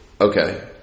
Okay